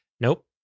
Nope